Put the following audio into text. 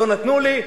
לא נתנו לי,